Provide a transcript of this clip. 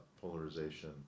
polarization